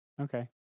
Okay